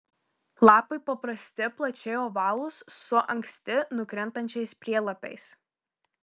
lapai paprasti plačiai ovalūs su anksti nukrintančiais prielapiais